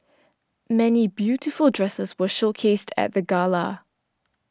many beautiful dresses were showcased at the gala